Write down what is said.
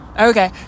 okay